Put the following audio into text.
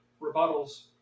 rebuttals